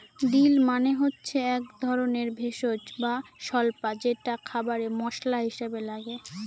deal মানে হচ্ছে এক ধরনের ভেষজ বা স্বল্পা যেটা খাবারে মশলা হিসাবে লাগে